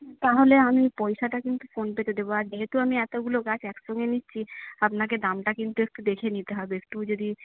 তাহলে আমি পয়সাটা কিন্তু ফোন পে তে দেবো আর যেহেতু আমি এতগুলো গাছ একসঙ্গে নিচ্ছি আপনাকে দামটা কিন্তু একটু দেখে নিতে হবে একটু যদি